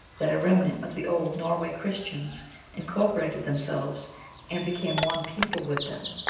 that a remnant of the old norway christians incorporated themselves and became one people with them,